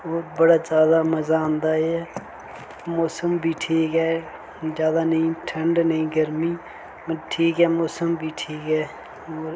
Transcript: होर बड़ा ज्यादा मजा आंदा ऐ मौसम बी ठीक ऐ ज्यादा नी ठंड नेईं गर्मी मतलब ठीक ऐ मौसम बी ठीक ऐ होर